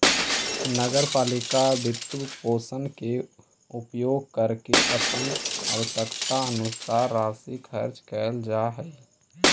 नगर पालिका वित्तपोषण के उपयोग करके अपन आवश्यकतानुसार राशि खर्च कैल जा हई